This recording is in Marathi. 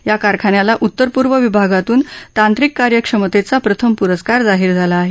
या कारखान्याला उतर पूर्व विभागातून तांत्रीक कार्य क्षमतेचा प्रथम प्रस्कार जाहीर झाला आहे